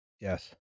Yes